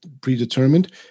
predetermined